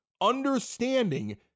understanding